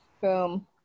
Boom